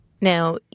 Now